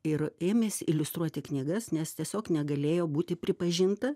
ir ėmėsi iliustruoti knygas nes tiesiog negalėjo būti pripažinta